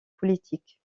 politiques